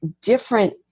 different